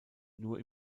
nur